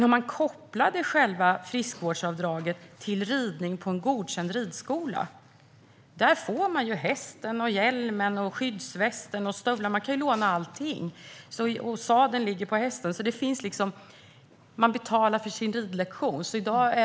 Om man kopplar frisvårdsavdraget till ridning på en godkänd ridskola får man ju låna hästen, hjälmen, skyddsvästen och stövlar - man kan låna allting. Sadeln ligger på hästen. Man betalar för sin ridlektion.